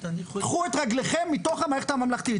קחו את רגליכם מתוך המערכת הממלכתית.